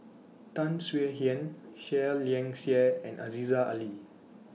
Tan Swie Hian Seah Liang Seah and Aziza Ali